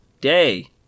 day